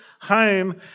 home